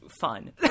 fun